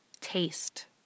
Taste